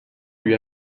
lui